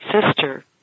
sister